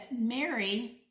Mary